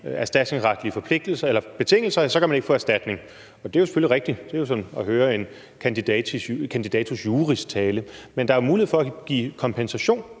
erstatningsretlige betingelser, ikke kan få erstatning. Det er selvfølgelig rigtigt. Det er jo som at høre en candidatus juris tale. Men der er mulighed for at give kompensation